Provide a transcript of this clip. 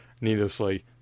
needlessly